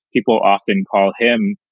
people often call him,